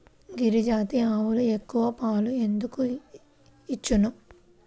గిరిజాతి ఆవులు ఎక్కువ పాలు ఎందుకు ఇచ్చును?